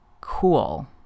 cool